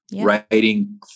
writing